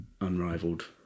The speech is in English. unrivaled